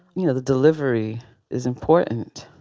you know, the delivery is important.